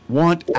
want